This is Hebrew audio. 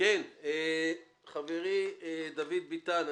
חברי דוד ביטן,